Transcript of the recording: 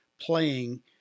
playing